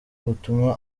butuma